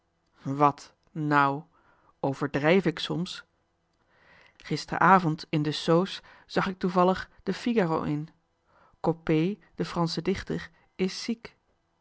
wàt nou overdrijf ik soms gisteravond in de soos zag ik toevallig de figaro in coppée de fransche dichter is ziek